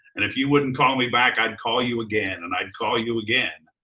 and if you wouldn't call me back, i'd call you again and i'd call you again.